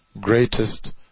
greatest